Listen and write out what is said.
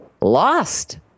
lost